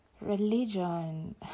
Religion